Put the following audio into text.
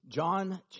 John